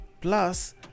Plus